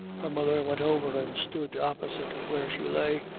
her mother went over and stood opposite where she lay,